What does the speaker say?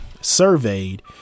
surveyed